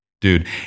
Dude